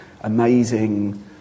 amazing